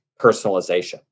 personalization